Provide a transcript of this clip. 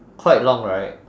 quite long right